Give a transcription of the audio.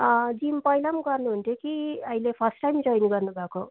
gym पहिला पनि गर्नुहुन्थ्यो कि अहिले फर्स्ट टाइम जोइन गर्नुभएको